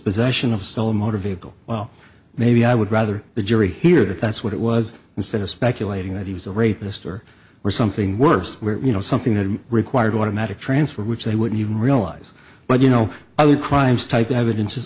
possession of stolen motor vehicle well maybe i would rather the jury hear that that's what it was instead of speculating that he was a rapist or or something worse you know something that required automatic transfer which they wouldn't even realize but you know other crimes type evidence is